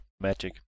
Magic